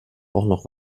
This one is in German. noch